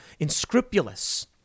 inscrupulous